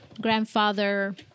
grandfather